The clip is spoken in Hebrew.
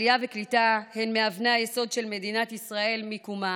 עלייה וקליטה הן מאבני היסוד של מדינת ישראל מקומה,